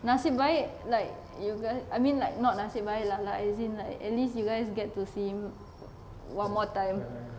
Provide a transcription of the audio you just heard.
nasib baik like you guys I mean like not nasib baik lah like as in like at least you guys get to see him one more time